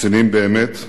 רציניים באמת: